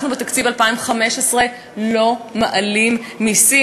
אנחנו בתקציב 2015 לא מעלים מסים.